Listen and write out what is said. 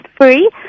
free